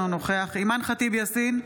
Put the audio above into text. אינו נוכח אימאן ח'טיב יאסין,